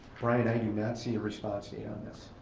brian i do not see a response date on this.